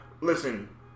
Listen